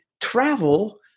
travel